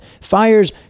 fire's